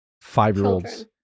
five-year-olds